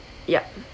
yup